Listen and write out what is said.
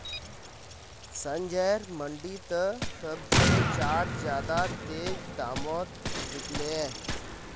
संजयर मंडी त सब से चार ज्यादा तेज़ दामोंत बिकल्ये